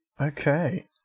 Okay